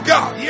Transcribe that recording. God